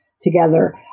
together